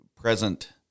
present